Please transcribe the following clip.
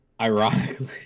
Ironically